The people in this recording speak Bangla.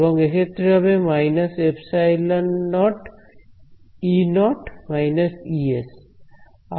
এবং এক্ষেত্রে হবে− ε0E0 − Es